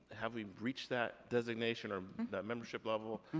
have we reached that designation, or that membership level?